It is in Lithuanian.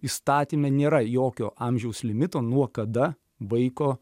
įstatyme nėra jokio amžiaus limito nuo kada vaiko